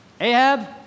Ahab